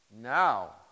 now